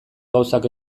gauzak